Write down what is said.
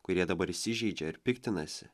kurie dabar įsižeidžia ir piktinasi